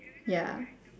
ya